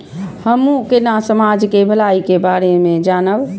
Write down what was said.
हमू केना समाज के भलाई के बारे में जानब?